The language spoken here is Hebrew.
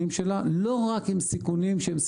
שלה לא רק עם סיכונים שהם סיכונים,